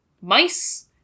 mice